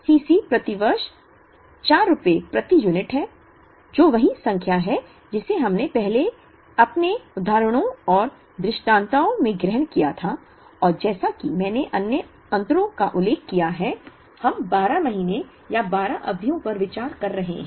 C c प्रति वर्ष 4 रुपये प्रति यूनिट है जो वही संख्या है जिसे हमने अपने पहले के उदाहरणों और दृष्टांतों में ग्रहण किया था और जैसा कि मैंने अन्य अंतरों का उल्लेख किया है हम 12 महीने या 12 अवधियों पर विचार कर रहे हैं